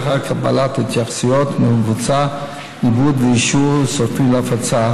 לאחר קבלת ההתייחסויות מבוצע עיבוד ואישור סופי להפצה.